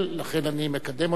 לכן אני מקדם אותו.